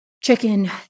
chicken